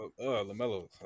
Lamelo